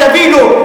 תבינו,